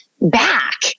back